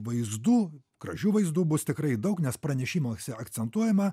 vaizdų gražių vaizdų bus tikrai daug nes pranešimuose akcentuojama